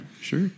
sure